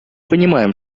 понимаем